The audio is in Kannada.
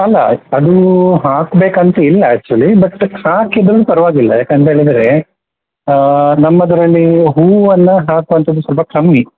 ಅಲ್ಲ ಅದು ಹಾಕ್ಬೇಕು ಅಂತ ಇಲ್ಲ ಆ್ಯಕ್ಚುಲಿ ಬಟ್ ಹಾಕಿದರು ಪರವಾಗಿಲ್ಲ ಯಾಕೆ ಅಂತೇಳಿದರೆ ನಮ್ಮದರಲ್ಲಿ ಹೂವನ್ನು ಹಾಕುವಂಥದ್ದು ಸ್ವಲ್ಪ ಕಮ್ಮಿ